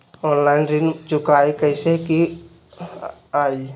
Online ऋण चुकाई कईसे की ञाई?